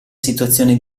situazione